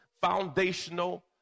foundational